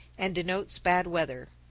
and denotes bad weather.